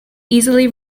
easily